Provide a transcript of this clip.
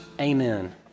amen